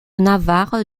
navarre